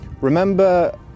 Remember